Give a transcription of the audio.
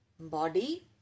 body